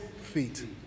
feet